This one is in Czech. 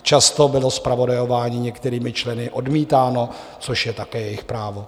Často bylo zpravodajování některými členy odmítáno, což je také jejich právo.